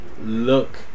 look